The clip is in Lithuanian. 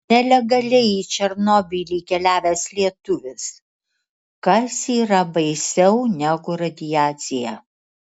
nelegaliai į černobylį keliavęs lietuvis kas yra baisiau negu radiacija